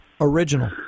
Original